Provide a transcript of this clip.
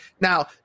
Now